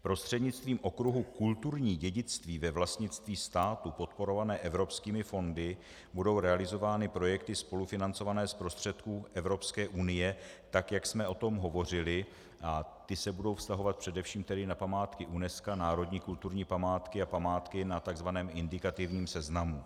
Prostřednictvím okruhu kulturní dědictví ve vlastnictví státu podporované evropskými fondy budou realizovány projekty spolufinancované z prostředků EU tak, jak jsme o tom hovořili, a ty se budou vztahovat především na památky UNESCO, národní kulturní památky a památky na tzv. indikativním seznamu.